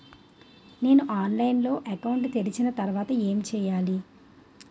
నేను ఆన్లైన్ లో అకౌంట్ తెరిచిన తర్వాత ఏం చేయాలి?